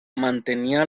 mantenía